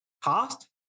cost